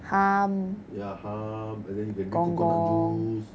ya hum and then you can drink coconut juice